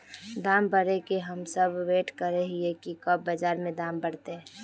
दाम बढ़े के हम सब वैट करे हिये की कब बाजार में दाम बढ़ते?